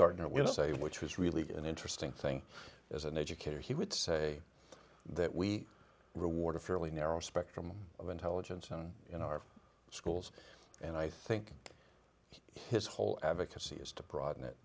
gardner will say which was really an interesting thing as an educator he would say that we reward a fairly narrow spectrum of intelligence and in our schools and i think his whole advocacy is to broaden it